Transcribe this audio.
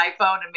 iPhone